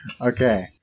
Okay